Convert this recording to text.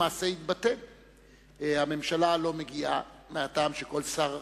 הצעת חוק לתיקון פקודת בתי-הסוהר (מס' 39) (עובדים אזרחיים),